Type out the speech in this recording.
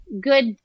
good